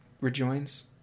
rejoins